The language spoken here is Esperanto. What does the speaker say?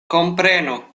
komprenu